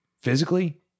physically